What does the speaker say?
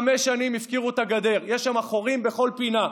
חמש שנים הפקירו את הגדר, יש שם חורים בכל פינה.